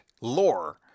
lore